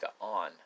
on